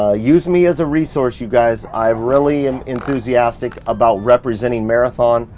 ah use me as a resource you guys. i really am enthusiastic about representing marathon.